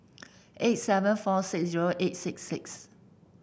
eight seven four six zero eight six six